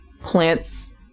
plants